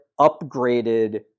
upgraded